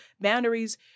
boundaries